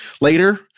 later